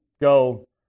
go